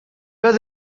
was